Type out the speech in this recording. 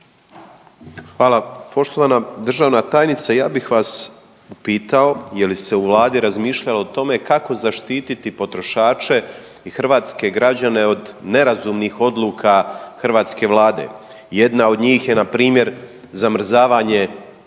Hvala. Poštovana državna tajnice, ja bih vas pitao je li se u Vladi razmišljalo o tome kako zaštititi potrošače i hrvatske građane od nerazumnih odluka hrvatske Vlade. Jedna od njih je npr. zamrzavanje